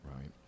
Right